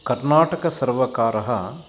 कर्नाटकसर्वकारः